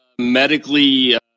medically